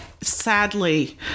sadly